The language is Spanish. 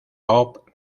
pop